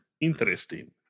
interesting